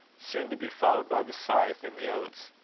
soon to be followed by the scythe in the oats.